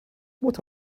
what